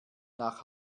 nach